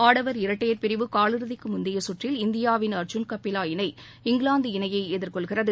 ஆடவர் இரட்டையர் பிரிவு காலிறுதிக்கு முந்தைய கற்றில் இந்தியாவின் அர்ஜூன் கபிலா இணை இங்கிலாந்து இணையை எதிர்கொள்கிறது